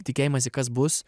tikėjimąsi kas bus